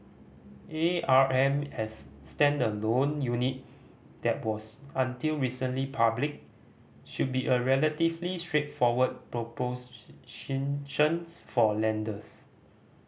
A R M as standalone unit that was until recently public should be a relatively straightforward for lenders